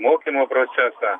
mokymo procesą